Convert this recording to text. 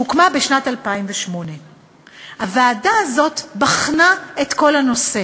בשנת 2008. הוועדה הזאת בחנה את כל הנושא